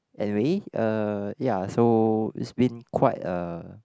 anyway uh ya so it's been quite a